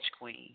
queen